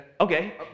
Okay